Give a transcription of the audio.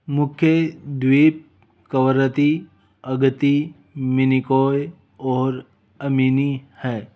मुख्य द्वीप कवरती अगती मिनिकॉय और अमिनी है